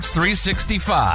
365